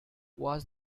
was